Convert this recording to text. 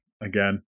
again